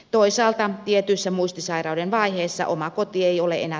toisaalta tietyissä muistisairauden vaiheissa oma koti ei ole enää